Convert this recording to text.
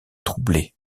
troubler